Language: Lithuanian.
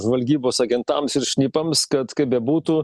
žvalgybos agentams ir šnipams kad kaip bebūtų